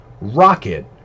rocket